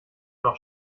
noch